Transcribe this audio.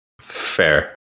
Fair